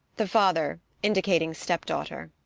the father indicating step-daughter.